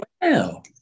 wow